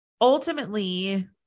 ultimately